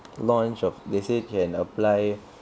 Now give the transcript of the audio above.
launch of they say can apply